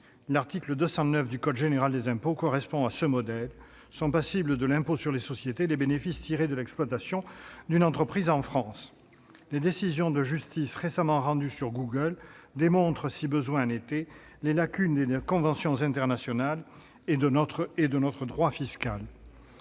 L'article 209 du code général des impôts correspond à ce principe : sont assujettis à l'impôt sur les sociétés les bénéfices tirés de l'exploitation d'une entreprise en France. Les décisions de justice récemment rendues à propos de Google démontrent, s'il en était besoin, les lacunes des conventions internationales et de notre droit fiscal.